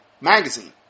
magazine